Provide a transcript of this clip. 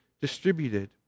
distributed